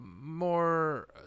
more